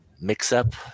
mix-up